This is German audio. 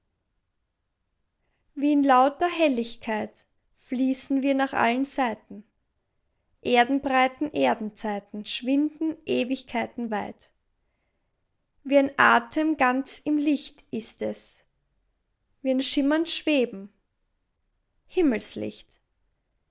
wie in lauter helligkeit fließen wir nach allen seiten erdenbreiten erdenzeiten schwinden ewigkeitenweit wie ein atmen ganz im licht ist es wie ein schimmernd schweben